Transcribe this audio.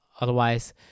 Otherwise